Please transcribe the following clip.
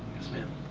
yes, ma'am.